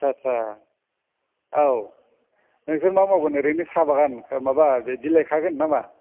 आदसा आदसा औ नोंसोर मा मावगोन ओरैनो साहा बागान माबा बिलाइ खागोन ना मा